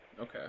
okay